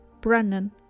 Brennan